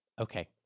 Okay